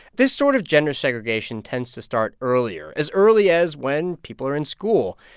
this sort of gender segregation tends to start earlier as early as when people are in school.